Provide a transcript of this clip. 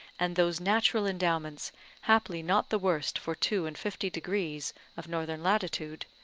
and those natural endowments haply not the worst for two and fifty degrees of northern latitude,